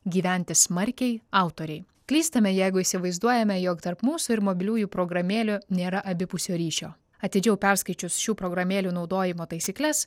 gyventi smarkiai autoriai klystame jeigu įsivaizduojame jog tarp mūsų ir mobiliųjų programėlių nėra abipusio ryšio atidžiau perskaičius šių programėlių naudojimo taisykles